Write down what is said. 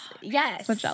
yes